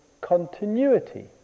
continuity